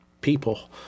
people